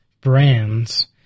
brands